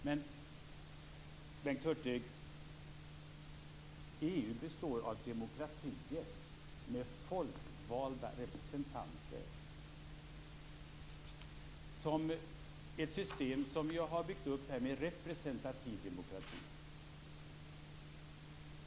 Men, Bengt Hurtig, EU består ju av demokratier med folkvalda representanter. Vi har byggt upp ett system med representativ demokrati.